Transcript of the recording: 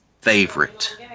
favorite